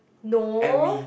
no